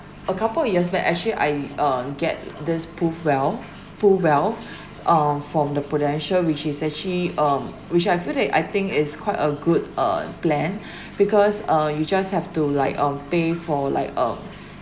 a couple of years back actually I on get this pruwealth pruwealth uh from the prudential which is actually um which I feel that I think is quite a good uh plan because uh you just have to like um pay for like um